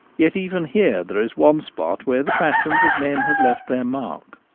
yet even here there is one spot where the passions of men have left their mark.